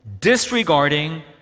disregarding